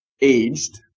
aged